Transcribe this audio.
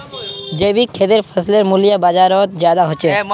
जैविक खेतीर फसलेर मूल्य बजारोत ज्यादा होचे